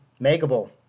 makeable